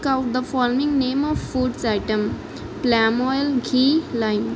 speak out the following name of foods item palm oil ghee lime